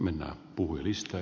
minä puhdista